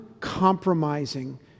compromising